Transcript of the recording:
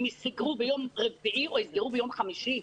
אם יסגרו ביום רביעי או ביום חמישי?